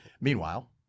Meanwhile